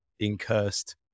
incursed